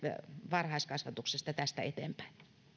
varhaiskasvatuksesta tästä eteenpäin